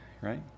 right